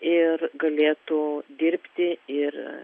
ir galėtų dirbti ir